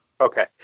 Okay